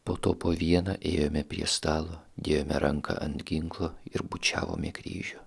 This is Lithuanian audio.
po to po vieną ėjome prie stalo dėjome ranką ant ginklo ir bučiavom į kryžių